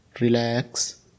Relax